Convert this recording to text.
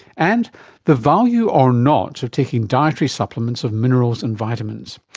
and the value or not of taking dietary supplements of minerals and vitamins.